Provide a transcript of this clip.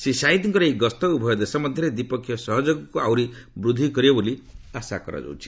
ଶ୍ରୀ ସାହିଦଙ୍କର ଏହି ଗସ୍ତ ଉଭୟ ଦେଶ ମଧ୍ୟରେ ଦ୍ୱିପକ୍ଷିୟ ସହଯୋଗକୁ ଆହୁରି ବୃଦ୍ଧି କରିବ ବୋଲି ଆଶା କରାଯାଉଛି